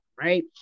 right